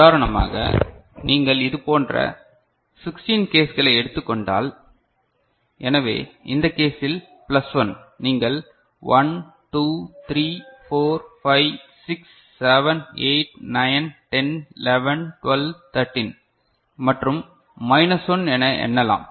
உதாரணமாக நீங்கள் இதுபோன்ற 16 கேஸ்களை எடுத்துக்கொண்டால் எனவே இந்த கேசில் பிளஸ் 1 நீங்கள் 1 2 3 4 5 6 7 8 9 10 11 12 13 மற்றும் மைனஸ் 1 என எண்ணலாம்